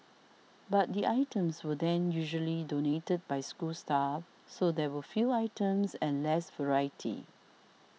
but the items were then usually donated by school staff so there were few items and less variety